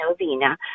novena